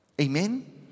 Amen